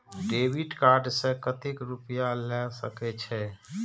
Debit card से कतेक रूपया ले सके छै?